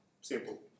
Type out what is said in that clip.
simple